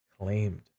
claimed